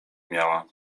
miała